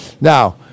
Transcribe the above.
Now